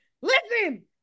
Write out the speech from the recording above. Listen